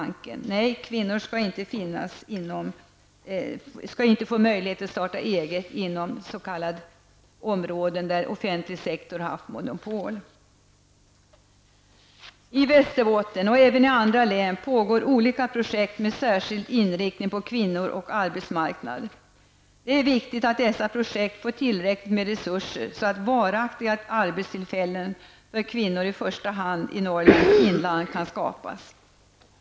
Nej, kvinnor skall inte få möjlighet att starta eget inom områden där offentlig sektor har haft monopol! I Västerbotten och även i andra län pågår olika projekt med särskild inriktning på kvinnor och arbetsmarknad. Det är viktigt att dessa projekt får tillräckligt med resurser, så att varaktiga arbetstillfällen för kvinnor kan skapas, i första hand i Norrlands inland.